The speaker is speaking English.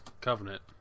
Covenant